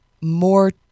more